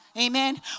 Amen